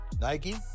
Nike